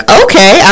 okay